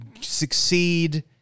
succeed